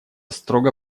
строго